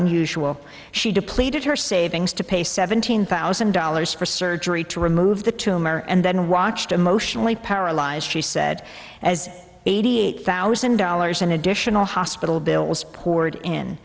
unusual she depleted her savings to pay seven hundred thousand dollars for surgery to remove the tumor and then watched emotionally paralyzed she said as eighty eight thousand dollars in additional hospital bills poured in